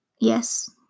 Yes